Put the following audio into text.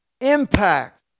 impact